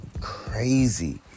crazy